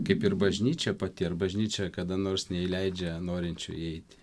kaip ir bažnyčia pati ar bažnyčia kada nors neįleidžia norinčių įeiti